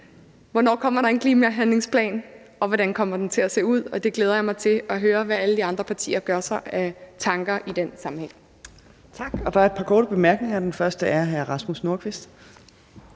Hvornår kommer der en klimahandlingsplan, og hvordan kommer den til at se ud? Jeg glæder mig til at høre, hvad alle de andre partier gør sig af tanker i den sammenhæng. Kl. 10:32 Fjerde næstformand (Trine Torp): Tak. Der er et par korte bemærkninger. Den første er fra hr. Rasmus Nordqvist.